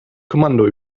kommando